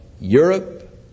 Europe